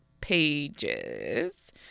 pages